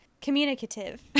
communicative